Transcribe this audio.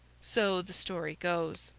so the story goes.